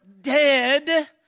dead